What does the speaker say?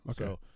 Okay